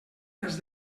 els